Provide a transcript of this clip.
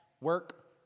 work